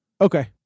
Okay